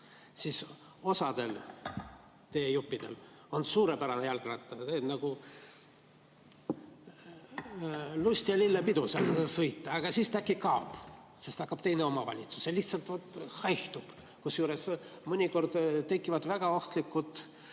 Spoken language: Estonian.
siis osal teejuppidel on suurepärane jalgrattaga sõita, nagu lust ja lillepidu on seal sõita. Aga siis tee äkki kaob, sest hakkab teine omavalitsus. Lihtsalt haihtub, kusjuures mõnikord tekivad väga ohtlikud